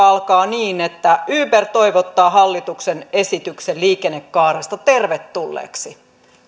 alkaa niin että uber toivottaa hallituksen esityksen liikennekaaresta tervetulleeksi